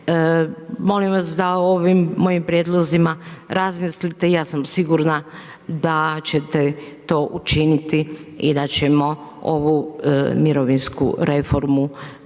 Molim vas da ovim mojim prijedlozima razmislite, ja sam sigurna da ćete to učiniti i da ćemo ovu mirovinsku reformu doista